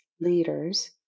leaders